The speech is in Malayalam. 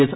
എസ്